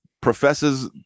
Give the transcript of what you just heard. professors